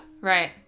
right